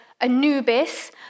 Anubis